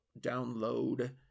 download